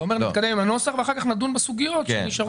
אתה אומר: נתקדם עם הנוסח ואחר כך נדון בסוגיות שנשארו פתוחות.